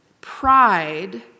pride